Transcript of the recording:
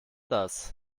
das